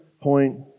point